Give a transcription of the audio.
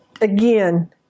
again